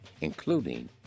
including